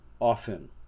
often